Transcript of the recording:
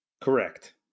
correct